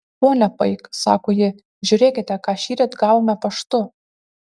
ponia paik sako ji žiūrėkite ką šįryt gavome paštu